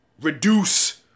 reduce